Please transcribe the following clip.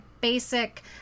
basic